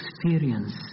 experience